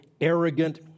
arrogant